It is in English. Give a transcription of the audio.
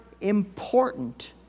important